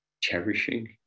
cherishing